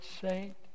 saint